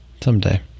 Someday